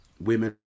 women